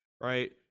right